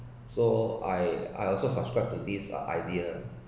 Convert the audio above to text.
so I I also subscribe to this ah idea